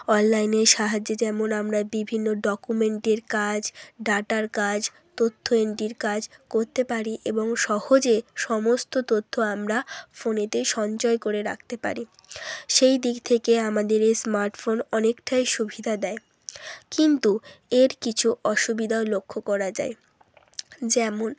অনলাইনের সাহায্যে যেমন আমরা বিভিন্ন ডকুমেন্টের কাজ ডাটার কাজ তথ্য এন্ট্রির কাজ করতে পারি এবং সহজে সমস্ত তথ্য আমরা ফোনেতে সঞ্চয় করে রাখতে পারি সেই দিক থেকে আমাদের এ স্মার্টফোন অনেকটাই সুবিধা দেয় কিন্তু এর কিছু অসুবিধাও লক্ষ্য করা যায় যেমন